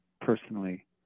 personally